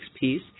piece